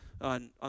on